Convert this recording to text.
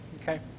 Okay